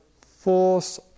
force